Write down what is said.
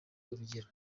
urugero